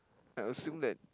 I assume that